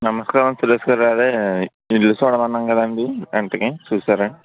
నమస్కారం సురేష్ గారు అది ఇల్లు చూడమన్నాం కదండి రెంట్కి చూసారా